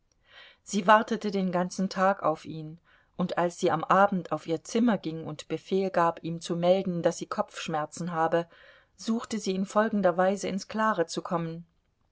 sie wartete den ganzen tag auf ihn und als sie am abend auf ihr zimmer ging und befehl gab ihm zu melden daß sie kopfschmerzen habe suchte sie in folgender weise ins klare zu kommen